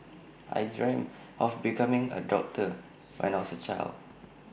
I dreamt of becoming A doctor when I was A child